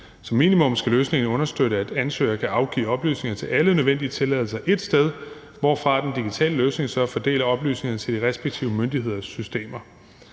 Som minimum skal løsningen understøtte, at ansøgere kan afgive oplysninger til alle nødvendige tilladelser ét sted, hvorfra den digitale løsning så fordeler oplysningerne til de respektive myndigheders systemer.